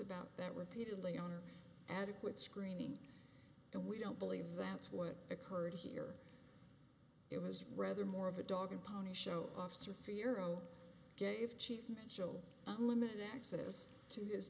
about that repeatedly on or adequate screening and we don't believe that's what occurred here it was rather more of a dog and pony show officer fear oh gave chief financial limited access to his